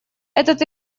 этот